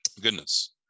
goodness